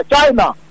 China